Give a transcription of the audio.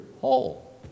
whole